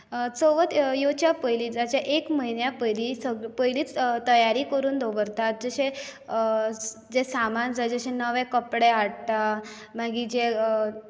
चवथ येवच्या पयलीं जशें एक म्हयन्या पयलीं पयलींच तयारी करून दवरतात जशें जें सामान जशें जशें नवे कपडे हाडटा मागीर जे